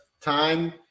time